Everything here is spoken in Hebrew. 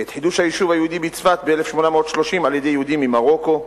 את חידוש היישוב היהודי בצפת ב-1830 על-ידי יהודים ממרוקו,